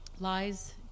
lies